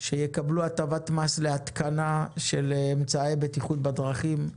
יקבלו הטבת מס להתקנה של אמצעי בטיחות בדרכים.